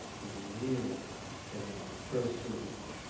is nearer than when first believed.